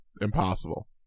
Impossible